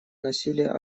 насилия